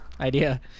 idea